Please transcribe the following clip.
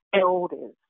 elders